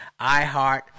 iHeart